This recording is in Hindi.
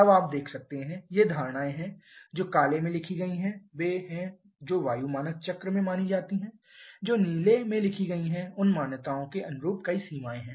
अब आप देख सकते हैं ये धारणाएं हैं जो काले में लिखी गई हैं वे हैं जो वायु मानक चक्र में मानी जाती हैं और जो नीले में लिखी गई हैं उन मान्यताओं के अनुरूप कई सीमाएं हैं